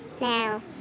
now